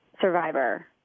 Survivor